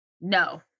No